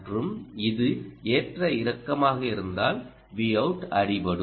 மற்றும் இது ஏற்ற இறக்கமாக இருந்தால் Vout அடிபடும்